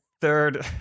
Third